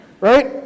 right